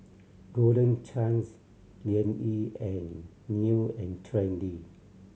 Golden Chance Liang Yi and New and Trendy